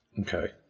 okay